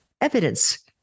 evidence